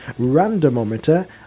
randomometer